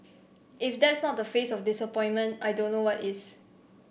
if that's not the face of disappointment I don't know what is